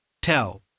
tell 、